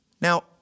Now